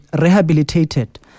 rehabilitated